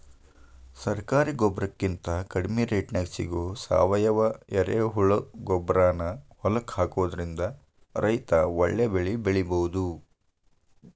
ಸರಕಾರಿ ಗೊಬ್ಬರಕಿಂತ ಕಡಿಮಿ ರೇಟ್ನ್ಯಾಗ್ ಸಿಗೋ ಸಾವಯುವ ಎರೆಹುಳಗೊಬ್ಬರಾನ ಹೊಲಕ್ಕ ಹಾಕೋದ್ರಿಂದ ರೈತ ಒಳ್ಳೆ ಬೆಳಿ ಬೆಳಿಬೊದು